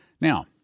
Now